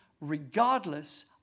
regardless